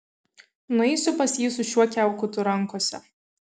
nueisiu pas jį su šiuo kiaukutu rankose